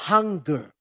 Hunger